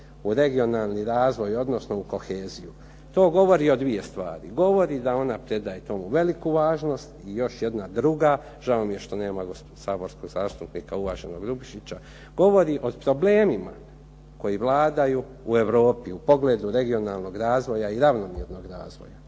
u regionalni razvoj, odnosno u koheziju to govori o 2 stvari. Govori da ona predaje tomu veliku važnost i još jedna druga, žao mi je što nema saborskog zastupnika uvaženog Grubišića, govori o problemima koji vladaju u Europi u pogledu regionalnog razvoja i ravnomjernog razvoja.